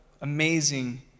amazing